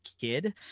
kid